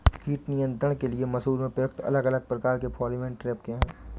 कीट नियंत्रण के लिए मसूर में प्रयुक्त अलग अलग प्रकार के फेरोमोन ट्रैप क्या है?